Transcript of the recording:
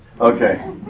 Okay